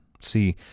See